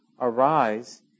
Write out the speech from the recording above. arise